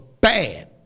bad